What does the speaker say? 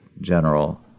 General